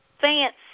fancy